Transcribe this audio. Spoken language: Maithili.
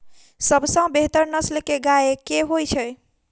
सबसँ बेहतर नस्ल केँ गाय केँ होइ छै?